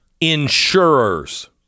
insurers